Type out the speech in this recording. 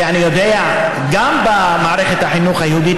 ואני יודע שיש בתי ספר גם במערכת החינוך היהודית,